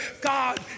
God